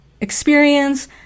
experience